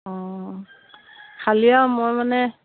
অ খালি আৰু মই মানে